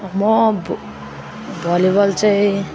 म भली बल चाहिँ